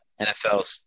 NFLs